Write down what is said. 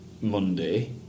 Monday